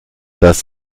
das